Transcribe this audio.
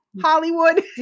Hollywood